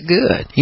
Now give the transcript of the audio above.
good